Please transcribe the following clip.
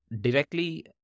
directly